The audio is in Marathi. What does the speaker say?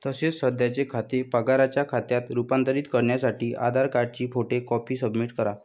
तसेच सध्याचे खाते पगाराच्या खात्यात रूपांतरित करण्यासाठी आधार कार्डची फोटो कॉपी सबमिट करा